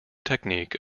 technique